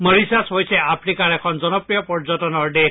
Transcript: Mauritius হৈছে আফ্ৰিকাৰ এখন জনপ্ৰিয় পৰ্যটনৰ দেশ